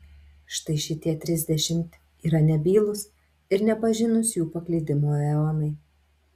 štai šitie trisdešimt yra nebylūs ir nepažinūs jų paklydimo eonai